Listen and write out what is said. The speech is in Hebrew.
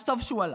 אז טוב שהוא הלך,